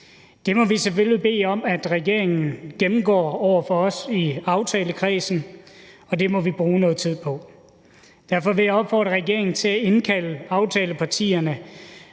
Det må vi selvfølgelig bede om at regeringen gennemgår over for os i aftalekredsen, og det må vi bruge noget tid på. Derfor vil jeg opfordre regeringen til at indkalde aftalepartierne